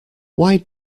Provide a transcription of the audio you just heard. why